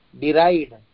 deride